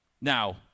Now